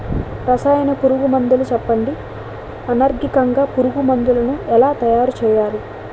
రసాయన పురుగు మందులు చెప్పండి? ఆర్గనికంగ పురుగు మందులను ఎలా తయారు చేయాలి?